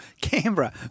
Canberra